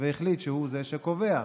והחליט שהוא זה שקובע.